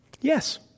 Yes